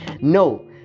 no